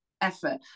effort